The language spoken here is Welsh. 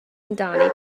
amdani